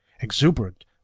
Exuberant